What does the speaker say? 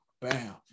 Bam